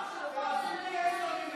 תפסיקי את ההסתה.